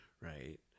right